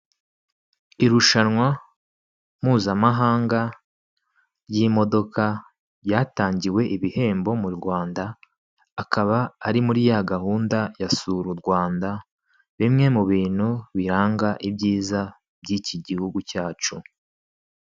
Irushanwa mpuzamahanga ry'imodoka, ryatangiwe ibihembo mu Rwanda, akaba ari muri ya gahunda ya sura u Rwanda, bimwe mu bintu biranga ibyiza by'iki gihugu cyacu.